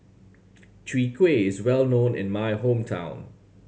Chwee Kueh is well known in my hometown